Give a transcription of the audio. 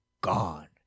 gone